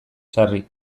sarri